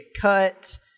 cut